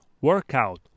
workout